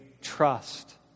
trust